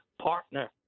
partner